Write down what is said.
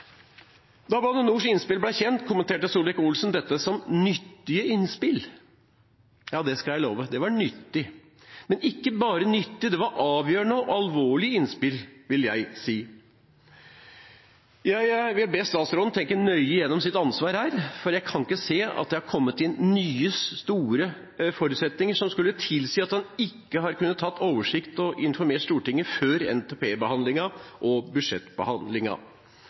Da Bane NORs innspill ble kjent, kommenterte statsråd Solvik-Olsen dette som nyttige innspill. Ja, det skal jeg love. Det var nyttig, men ikke bare nyttig. Det var avgjørende og alvorlige innspill, vil jeg si. Jeg vil be statsråden tenke nøye gjennom sitt ansvar her, for jeg kan ikke se at det har kommet inn nye, store forutsetninger som skulle tilsi at han ikke har kunnet ha oversikt og kunnet informere Stortinget før NTP-behandlingen og